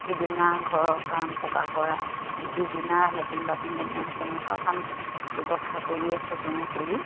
ইদিনা ঘৰৰ কাম পকা কৰা ইদিনা লেট্ৰিন বাথৰুম বনোৱা তেনেকুৱা কাম ব্যৱসায় কৰি আছে তেওঁ কৰি